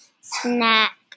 snack